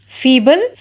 feeble